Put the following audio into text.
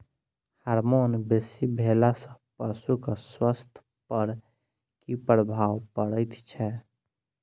Hormone बेसी भेला सॅ पशुक स्वास्थ्य पर की प्रभाव पड़ैत छै?